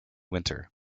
winter